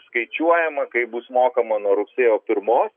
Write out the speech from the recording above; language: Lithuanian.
skaičiuojama kaip bus mokama nuo rugsėjo pirmos